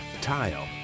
tile